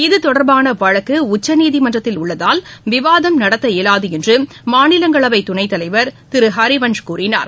இது தொடர்பாள வழக்கு உச்சநீதிமன்றத்தில் உள்ளதால் விவாதம் நடத்த இயவாது என்று மாநிலங்களவை துணைத்தலைவர் திரு ஹரிவன்ஸ் கூறினார்